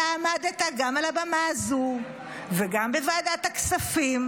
אתה עמדת גם על הבמה הזו וגם בוועדת הכספים